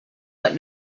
but